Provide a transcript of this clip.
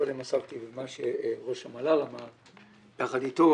קודם עסקתי במה שראש המל"ל אמר יחד אתו